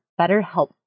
BetterHelp